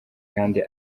kandi